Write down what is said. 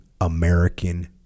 American